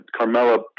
Carmella